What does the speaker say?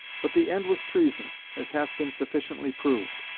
but the end was treason, as hath been sufficiently proved.